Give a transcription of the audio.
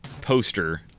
poster